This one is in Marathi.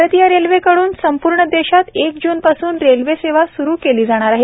भारतीय रेल्वेकड्जन संपूर्ण देशात एक जूनपासून रेल्वे सेवा स्रू केली जाणार आहे